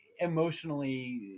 emotionally